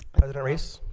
president reese